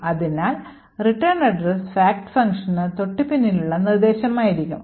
അതിനാൽ return address fact ഫംഗ്ഷന് തൊട്ടു പിന്നിലുള്ള നിർദ്ദേശമായിരിക്കും